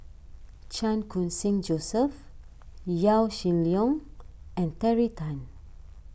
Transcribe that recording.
Chan Khun Sing Joseph Yaw Shin Leong and Terry Tan